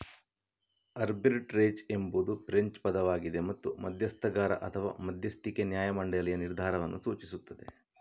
arbitrage ಎಂಬುದು French ಪದವಾಗಿದೆ ಮತ್ತು ಮಧ್ಯಸ್ಥಗಾರ ಅಥವಾ ಮಧ್ಯಸ್ಥಿಕೆ ನ್ಯಾಯ ಮಂಡಳಿಯ ನಿರ್ಧಾರವನ್ನು ಸೂಚಿಸುತ್ತದೆ